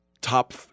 top